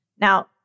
Now